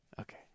Okay